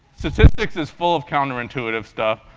statistics is full of counterintuitive stuff,